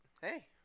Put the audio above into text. hey